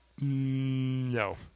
No